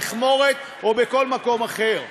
במכמורת או בכל מקום אחר,